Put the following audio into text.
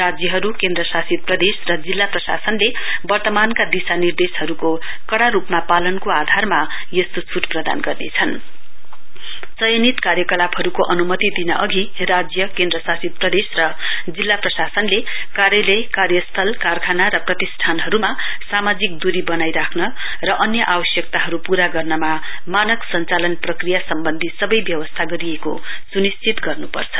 राज्यहरू केन्द्र शासित प्रदेश र जिल्ला प्रशासनले वर्तमानका दिशा निर्देशहरूको कड़ा रूपमा पालनको आधारमा यस्तो छूट प्रदान गर्नेछन् चयनित क्रायकलापहरूको अनुमति दिन अघि राज्य केन्द्रशासित प्रदेश र जिल्ला प्रशासनले कार्यलय कार्यस्थल कारखाना र प्रतिष्ठानहरूमा सामाजिक दूरी बनाइ राख्न र अन्य आवश्यकताहरू पूरा गर्नमा मानक संचालन प्रक्रिया सम्बन्धी सबै व्यवस्था गरिएको सुनिश्चित गर्नुपर्छ